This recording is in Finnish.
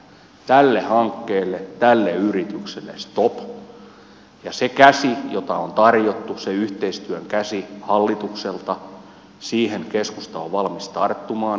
tälle hankkeelle tälle yritykselle stop ja siihen käteen jota on tarjottu siihen yhteistyön käteen hallitukselta keskusta on valmis tarttumaan